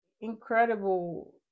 incredible